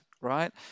right